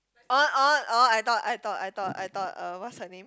oh oh oh I thought I thought I thought I thought uh what's her name